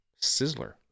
Sizzler